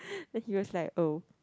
then he was like oh